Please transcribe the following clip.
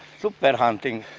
super hunting.